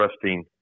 trusting